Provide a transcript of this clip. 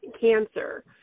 cancer